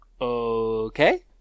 Okay